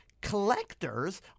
Collectors